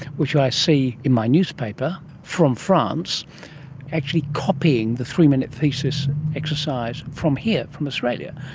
which i see in my newspaper from france actually copying the three-minute thesis exercise from here, from australia.